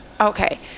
okay